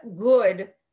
good